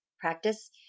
practice